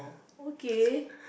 okay